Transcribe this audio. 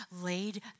laid